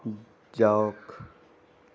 যাওক